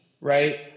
right